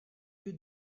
you